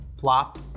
flop